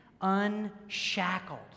unshackled